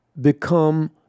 become